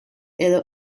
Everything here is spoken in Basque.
edo